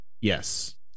Yes